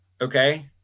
Okay